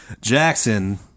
Jackson